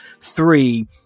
three